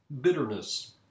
bitterness